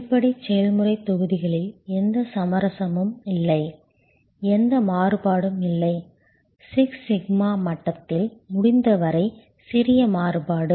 அடிப்படை செயல்முறை தொகுதிகளில் எந்த சமரசமும் இல்லை எந்த மாறுபாடும் இல்லை சிக்ஸ் சிக்மா மட்டத்தில் முடிந்தவரை சிறிய மாறுபாடு